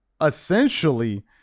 essentially